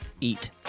Eat